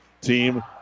team